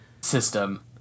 system